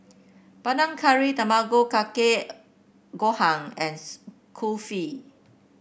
Panang Curry Tamago Kake Gohan and Kulfi